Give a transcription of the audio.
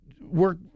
work